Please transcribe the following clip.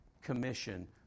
commission